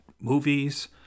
movies